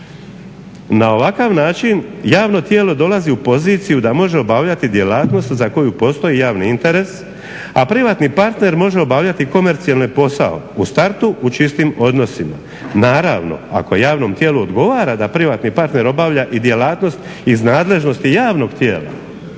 Na ovakav način javno tijelo dolazi u poziciju da može obavljati djelatnost za koju postoji javni interes, a privatni partner može obavljati komercijalni posao u startu u čistim odnosima. Naravno, ako javnom tijelu odgovara da privatni partner obavlja i djelatnost iz nadležnosti javnog tijela